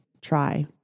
try